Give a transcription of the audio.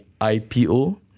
IPO